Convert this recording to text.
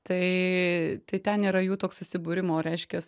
tai tai ten yra jų toks susibūrimo reiškias